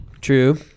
True